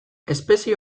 espezie